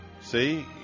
See